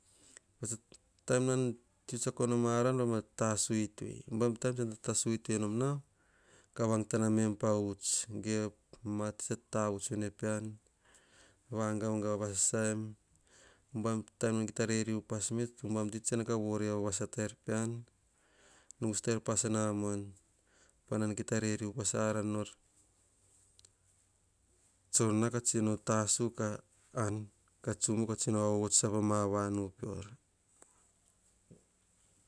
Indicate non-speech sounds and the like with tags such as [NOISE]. [HESITATION] taim non tisa konoma ran noma tasu tei. Tasui te nom nao, kamam tena ven pahots, ge matse tavots ene pean, vangaugau ve sem, ubam tami kita riuriu upas me ubam tsi tsena vore vos a ter pean, nor te pas e na moan. Panan a kita riuriu vasa ra nor. Tsunak a tsino tasu ka aan, ka tsun ka tsinao vots ava ma vanu peor.